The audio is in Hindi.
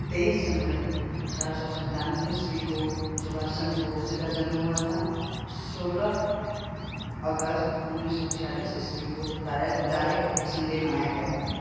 तेईस जनवरी अठारह सौ सत्तानवे ईस्वी को सुभाष चंद्र बोस जी का जन्म हुआ था सोलह अगस्त उन्नीस सौ छियालीस ईस्वी को डायरेक्ट डायरेक्ट एक्शन डे मनाया गया था